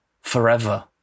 forever